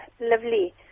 lovely